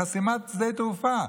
חסימת שדה תעופה,